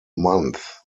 month